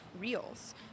reels